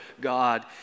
God